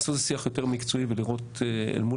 תעשו איזה שיח יותר מקצועי ולראות אל מול